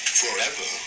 forever